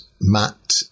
Matt